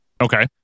Okay